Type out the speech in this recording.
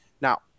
Now